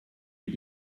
you